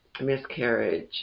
miscarriage